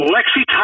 Lexi